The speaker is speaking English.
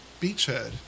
beachhead